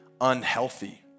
unhealthy